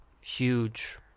huge